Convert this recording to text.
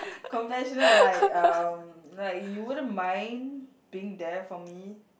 compassionate like um like you wouldn't mind being there for me